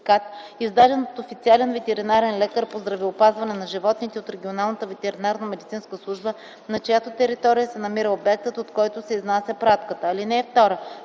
издаден от официален ветеринарен лекар по здравеопазване на животните от регионалната ветеринарномедицинска служба, на чиято територия се намира обектът, от който се изнася пратката.” (2)